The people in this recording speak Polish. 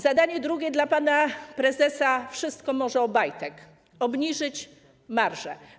Zadanie drugie dla pana prezesa wszystko może Obajtek - obniżyć marżę.